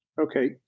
Okay